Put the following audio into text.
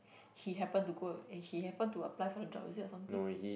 he happened to go eh he happened to apply for the job is it or something